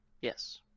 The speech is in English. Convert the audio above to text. Yes